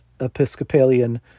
Episcopalian